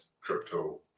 crypto